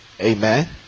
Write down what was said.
Amen